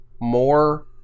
more